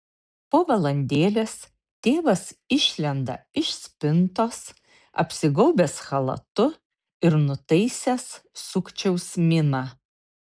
po valandėlės tėvas išlenda iš spintos apsigaubęs chalatu ir nutaisęs sukčiaus miną